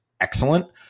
excellent